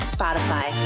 Spotify